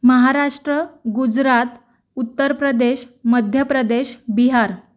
Maharashtra Gujarat Uttar Pradesh Madhya Pradesh Bihar